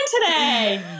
today